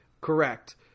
Correct